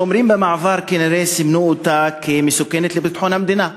השומרים במעבר כנראה סימנו אותה כמסוכנת לביטחון המדינה,